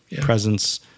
presence